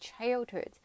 childhood